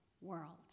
world